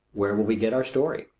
where will we get our story?